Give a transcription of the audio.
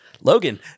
Logan